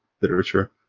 literature